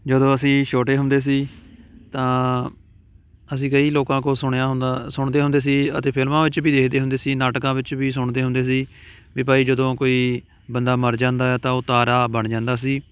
ਜਦੋਂ ਅਸੀਂ ਛੋਟੇ ਹੁੰਦੇ ਸੀ ਤਾਂ ਅਸੀਂ ਕਈ ਲੋਕਾਂ ਕੋਲ ਸੁਣਿਆ ਹੁੰਦਾ ਸੁਣਦੇ ਹੁੰਦੇ ਸੀ ਅਤੇ ਫਿਲਮਾਂ ਵਿੱਚ ਵੀ ਦੇਖਦੇ ਹੁੰਦੇ ਸੀ ਨਾਟਕਾਂ ਵਿੱਚ ਵੀ ਸੁਣਦੇ ਹੁੰਦੇ ਸੀ ਵੀ ਭਾਈ ਜਦੋਂ ਕੋਈ ਬੰਦਾ ਮਰ ਜਾਂਦਾ ਹੈ ਤਾਂ ਉਹ ਤਾਰਾ ਬਣ ਜਾਂਦਾ ਸੀ